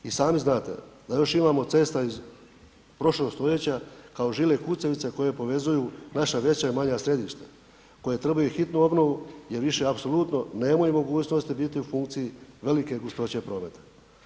I sami znate da još imamo cesta iz prošlog stoljeća kao žile kucavice koje povezuju naša veća i manja središta, koje trebaju hitnu obnovu jer više apsolutno nemaju mogućnosti biti u funkciji velike gustoće prometa.